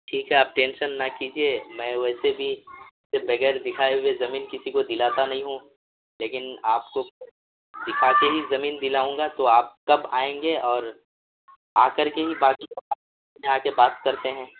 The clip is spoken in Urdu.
ٹھیک ہے آپ ٹینشن نہ کیجیے میں ویسے بھی بغیر دکھائے ہوئے زمین کسی کو دلاتا نہیں ہوں لیکن آپ کو دکھا کے ہی زمین دلاؤں گا تو آپ کب آئیں گے اور آ کر کے بھی باقی یہاں آ کے بات کرتے ہیں